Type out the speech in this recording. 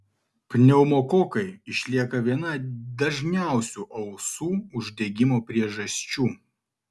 pneumokokai išlieka viena dažniausių ausų uždegimo priežasčių